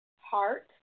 Heart